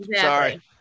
Sorry